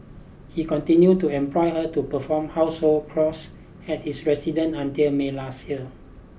he continued to employ her to perform household at his residence until May last year